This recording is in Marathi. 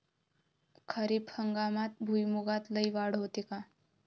खरीप हंगामात भुईमूगात लई वाढ होते का?